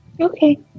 Okay